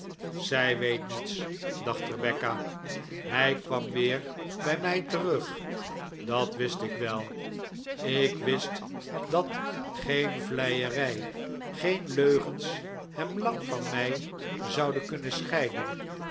zij weet niets dacht rebecca hij kwam weer bij mij terug dat wist ik wel ik wist dat geen vleierij geen leugens hem lang van mij zouden kunnen scheiden